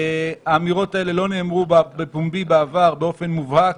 האמירות האלה לא נאמרו בפומבי בעבר באופן מובהק.